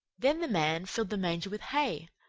then the man filled the manger with hay.